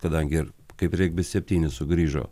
kadangi ir kaip regbis septyni sugrįžo